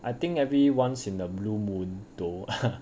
I think every once in a blue moon though